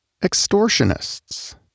extortionists